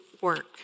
work